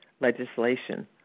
legislation